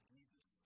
Jesus